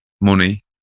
money